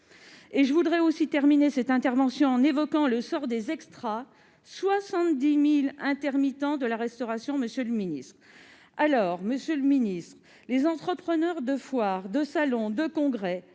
Je voudrais aussi terminer cette intervention en évoquant le sort des extras, les 70 000 intermittents de la restauration, monsieur le ministre ! Les entrepreneurs de foire, de salons, de congrès,